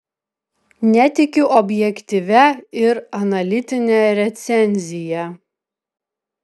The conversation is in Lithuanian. netikiu objektyvia ir analitine recenzija